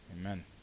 Amen